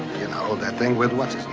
you know, that thing with